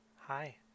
Hi